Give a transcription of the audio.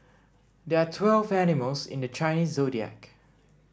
there are twelve animals in the Chinese zodiac